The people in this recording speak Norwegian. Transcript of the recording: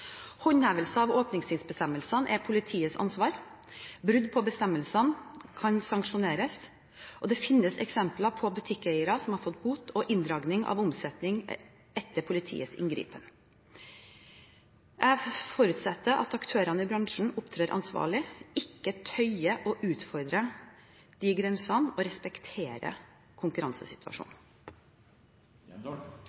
Håndhevelse av åpningstidsbestemmelsene er politiets ansvar. Brudd på bestemmelsene kan sanksjoneres, og det finnes eksempler på butikkeiere som har fått bot og inndragning av omsetning etter politiets inngripen. Jeg forutsetter at aktørene i bransjen opptrer ansvarlig, ikke tøyer og utfordrer grensene og respekterer konkurransesituasjonen.